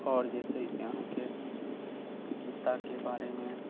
आओर जे छै से अहाँके गीताके बारेमे